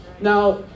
now